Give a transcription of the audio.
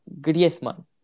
Griezmann